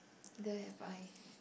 they have I